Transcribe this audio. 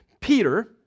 Peter